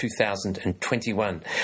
2021